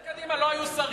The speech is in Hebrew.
בממשלת קדימה לא היו שרים,